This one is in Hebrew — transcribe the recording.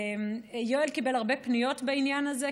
יואל קיבל הרבה פניות בעניין הזה,